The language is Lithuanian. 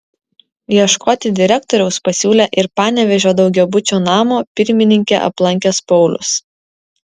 ieškoti direktoriaus pasiūlė ir panevėžio daugiabučio namo pirmininkę aplankęs paulius